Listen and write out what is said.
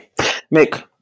mick